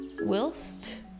whilst